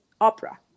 opera